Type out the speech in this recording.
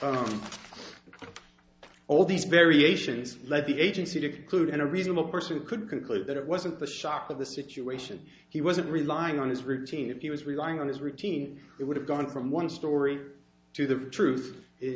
to all these variations led the agency to conclude and a reasonable person could conclude that it wasn't the shock of the situation he wasn't relying on his routine if he was relying on his routine it would have gone from one story to the truth